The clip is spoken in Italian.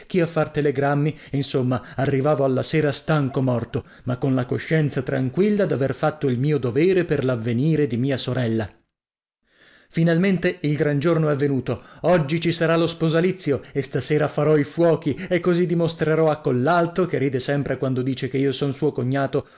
a far telegrammi insomma arrivavo alla sera stanco morto ma con la coscienza tranquilla d'aver fatto il mio dovere per l'avvenire di mia sorella finalmente il gran giorno è venuto oggi ci sarà lo sposalizio e stasera farò i fuochi e così dimostrerò a collalto che ride sempre quando dice che io son suo cognato